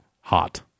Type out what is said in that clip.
Hot